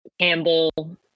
Campbell